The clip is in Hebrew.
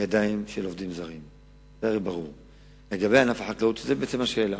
בידיים של עובדים זרים, וזו בעצם השאלה.